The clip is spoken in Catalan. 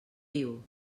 viu